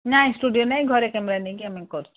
ନାଇଁ ଷ୍ଟୁଡ଼ିଓ ନାଇଁ ଘରେ କ୍ୟାମେରା ନେଇକି ଆମେ କରୁଛୁ